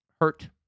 hurt